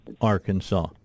Arkansas